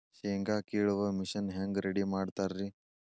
ಶೇಂಗಾ ಕೇಳುವ ಮಿಷನ್ ಹೆಂಗ್ ರೆಡಿ ಮಾಡತಾರ ರಿ?